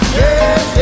yes